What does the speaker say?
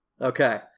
Okay